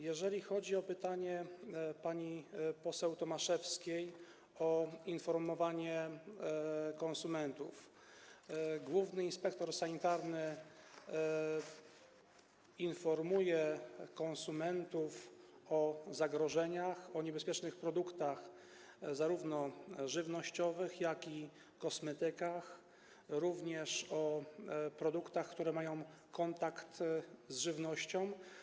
Jeżeli chodzi o pytanie pani poseł Tomaszewskiej o informowanie konsumentów, to główny inspektor sanitarny informuje konsumentów o zagrożeniach, o niebezpiecznych produktach, zarówno żywnościowych, jak i kosmetykach, również o produktach, które mają kontakt z żywnością.